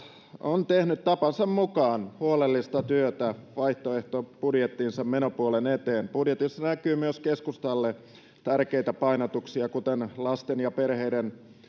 on tehnyt tapansa mukaan huolellista työtä vaihtoehtobudjettinsa menopuolen eteen budjetissa näkyy myös keskustalle tärkeitä painotuksia kuten lasten ja perheiden